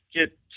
get